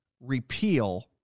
repeal